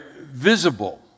visible